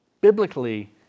Biblically